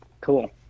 Cool